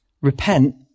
repent